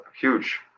huge